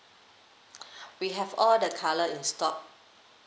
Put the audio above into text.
we have all the colour in stock